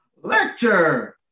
Lecture